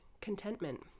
contentment